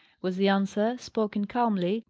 was the answer, spoken calmly,